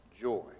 joy